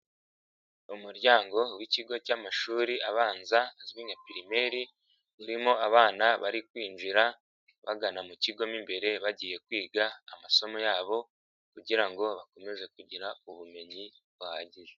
Mu muryango w'ikigo cy'amashuri abanza azwi nka primary, urimo abana bari kwinjira bagana mu kigo mo imbere ,bagiye kwiga amasomo yabo ,kugira ngo bakomeze kugira ubumenyi buhagije.